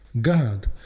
god